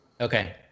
Okay